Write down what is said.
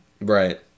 Right